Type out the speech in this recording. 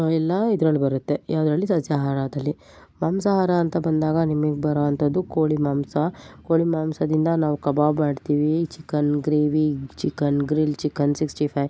ಎಲ್ಲಾ ಇದ್ರಲ್ಲಿ ಬರುತ್ತೆ ಯಾವುದ್ರಲ್ಲಿ ಸಸ್ಯಹಾರದಲ್ಲಿ ಮಾಂಸಹಾರ ಅಂತ ಬಂದಾಗ ನಿಮಗ್ ಬರುವಂಥದ್ದು ಕೋಳಿ ಮಾಂಸ ಕೋಳಿ ಮಾಂಸದಿಂದ ನಾವು ಕಬಾಬ್ ಮಾಡ್ತಿವಿ chicken gravy chicken grill chicken sixty five